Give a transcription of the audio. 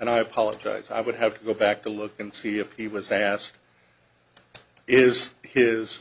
and i apologize i would have to go back to look and see if he was asked is his